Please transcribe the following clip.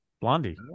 Blondie